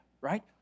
right